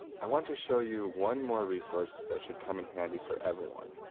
i want to show you one more resource that should come in handy for everyone.